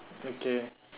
okay